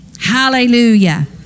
Hallelujah